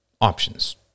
options